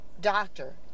doctor